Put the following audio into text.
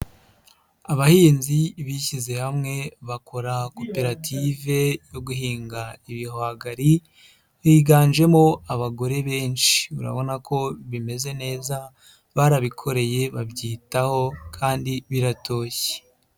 Abahinzi bishyize hamwe bakora koperative yo guhinga ibihwagari, biganjemo abagore benshi urabona ko bimeze neza barabikoreye babyitaho kandi biratoshye.